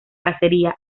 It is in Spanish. cacería